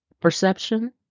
perception